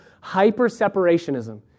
hyper-separationism